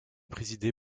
présidée